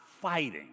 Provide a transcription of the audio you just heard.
fighting